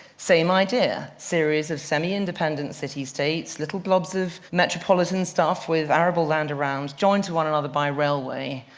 same idea series of semi-independent city-states, little blobs of metropolitan stuff with arable land around, joined to one another by railway.